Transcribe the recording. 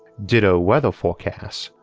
ditto weather forecasts.